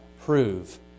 prove